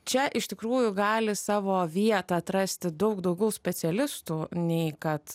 čia iš tikrųjų gali savo vietą atrasti daug daugiau specialistų nei kad